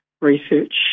research